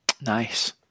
nice